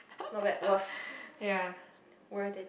yeah